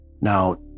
Now